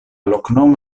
loknomo